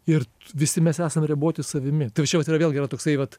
ir visi mes esam riboti savimi tai va čia vat yra vėlgi toksai vat